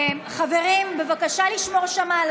חברים, בבקשה לשמור שם על